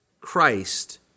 Christ